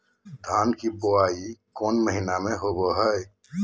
धान की बोई कौन महीना में होबो हाय?